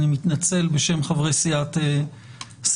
אני מתנצל בשם חברי סיעת העבודה.